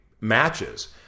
matches